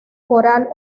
coral